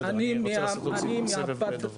בסדר, אני רוצה לעשות עוד סיבוב, סבב דוברים.